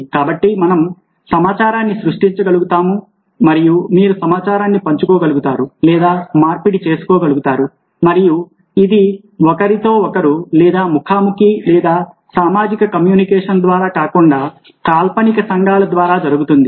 కాబట్టి మనం సమాచారాన్ని సృష్టించగలుగుతాము మరియు మీరు సమాచారాన్ని పంచుకోగలుగుతారు లేదా మార్పిడి చేసుకోగలుగుతారు మరియు ఇది ఒకరితో ఒకరు లేదా ముఖాముఖి లేదా సామాజిక కమ్యూనికేషన్ ద్వారా కాకుండా కాల్పనిక సంఘాల ద్వారా జరుగుతుంది